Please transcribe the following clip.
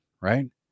right